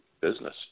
business